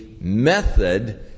method